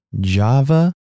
Java